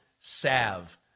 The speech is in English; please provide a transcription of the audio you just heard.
salve